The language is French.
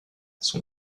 son